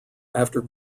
after